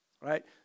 right